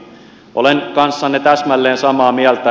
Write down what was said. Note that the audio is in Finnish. olen kanssanne täsmälleen samaa mieltä